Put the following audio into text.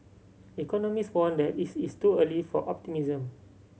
economist warned that it is too early for optimism